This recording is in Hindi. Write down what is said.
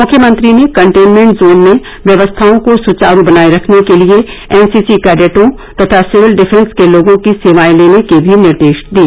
मुख्यमंत्री ने कन्टेनमेंट जोन में व्यवस्थाओं को सुचारू बनाए रखने के लिए एनसीसी कैडेटों तथा सिविल डिफेंस के लोगों की सेवाएं लेने के भी निर्देश दिए